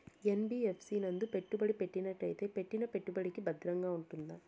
NBFC నందు పెట్టుబడి పెట్టినట్టయితే పెట్టిన పెట్టుబడికి భద్రంగా ఉంటుందా?